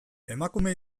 emakume